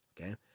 Okay